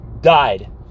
died